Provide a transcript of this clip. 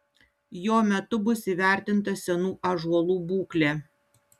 jo metu bus įvertinta senų ąžuolų būklė